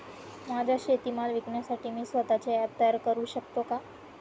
माझा शेतीमाल विकण्यासाठी मी स्वत:चे ॲप तयार करु शकतो का?